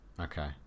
Okay